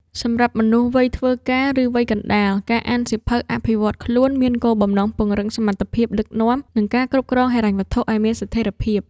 សម្រាប់មនុស្សវ័យធ្វើការ ឬវ័យកណ្ដាល ការអានសៀវភៅអភិវឌ្ឍខ្លួនមានគោលបំណងពង្រឹងសមត្ថភាពដឹកនាំ និងការគ្រប់គ្រងហិរញ្ញវត្ថុឱ្យមានស្ថិរភាព។